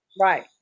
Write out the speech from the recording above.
Right